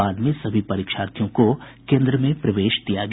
बाद में सभी परीक्षार्थियों को केन्द्र में प्रवेश दिया गया